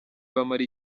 bamara